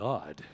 God